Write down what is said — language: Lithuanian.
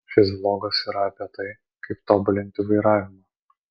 šis vlogas yra apie tai kaip tobulinti vairavimą